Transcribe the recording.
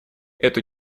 эту